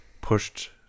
pushed